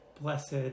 blessed